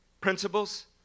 principles